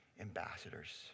ambassadors